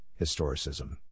historicism